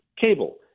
cable